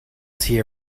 tea